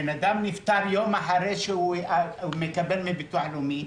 אם אדם נפטר יום אחרי שהוא מקבל מהביטוח הלאומי,